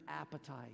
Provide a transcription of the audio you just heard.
appetite